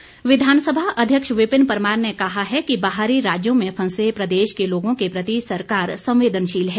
परमार विधानसभा अध्यक्ष विपिन परमार ने कहा है कि बाहरी राज्यों में फंसे प्रदेश के लोगों के प्रति सरकार संवेदनशील है